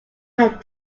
had